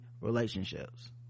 relationships